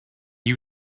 you